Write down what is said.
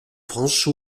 france